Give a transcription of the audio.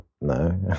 no